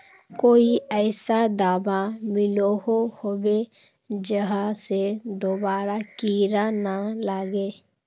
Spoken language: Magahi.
कोई ऐसा दाबा मिलोहो होबे जहा से दोबारा कीड़ा ना लागे?